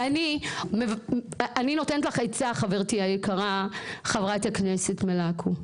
ואני נותנת לך עצה, חברתי היקרה ח"כ מלקו,